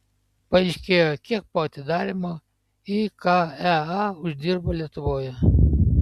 paaiškėjo kiek po atidarymo ikea uždirbo lietuvoje